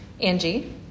Angie